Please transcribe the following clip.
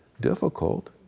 difficult